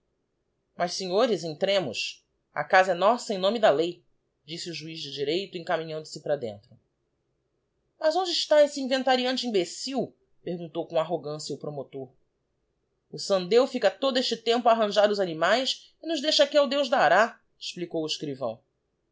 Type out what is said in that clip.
mas senhores entremos a casa é nossa em nome da lei disse o juiz de direito encaminhando se para dentro mas onde está esse inventariante imbecil perguntou com arrogância o promotor o sandeu fica todo este tempo a arranjar os animaes e nos deixa aqui ao deus dará explicou o escrivão